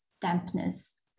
dampness